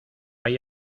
hay